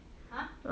!huh!